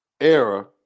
era